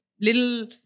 little